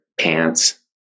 pants